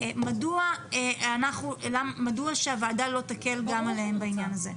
מדוע שהוועדה לא תקל גם עליהם בעניין הזה?